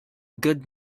good